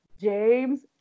James